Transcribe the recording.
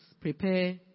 prepare